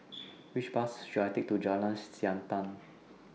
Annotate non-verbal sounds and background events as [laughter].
[noise] Which Bus should I Take to Jalan Siantan